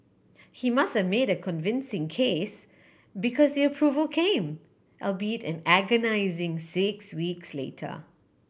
he must have made a convincing case because the approval came albeit an agonising six weeks later